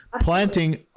Planting